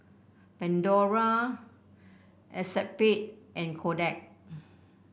Pandora Acexspade and Kodak